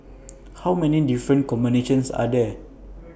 how many different combinations are there